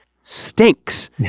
stinks